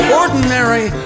ordinary